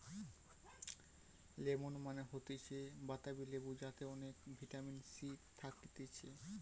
lemon মানে হতিছে বাতাবি লেবু যাতে অনেক ভিটামিন সি থাকতিছে